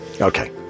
Okay